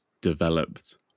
developed